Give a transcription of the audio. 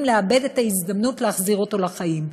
לאבד את ההזדמנות להחזיר אותו לחיים.